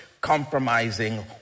compromising